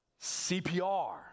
CPR